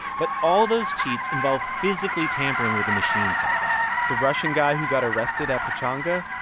but all those cheats involve physically tampering with the machine somehow the russian guy who got arrested at pechanga,